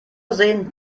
sehen